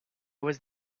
was